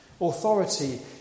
authority